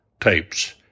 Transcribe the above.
tapes